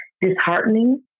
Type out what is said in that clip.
disheartening